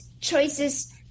choices